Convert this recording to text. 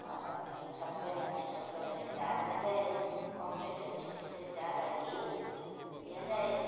ଆଉ ବାକି ସସ୍ପେନ୍ ଅଛି ସସ୍ପେନ୍ରେ ଚା' କରାଯାଏ କପ୍ ପ୍ଲେଟ୍ ଅଛି ସେଥିରେ ଚା' ଢାଳିକି ପିଆଯାଏ